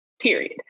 period